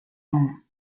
home